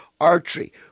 archery